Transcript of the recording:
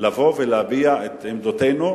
לבוא ולהביע את עמדותינו,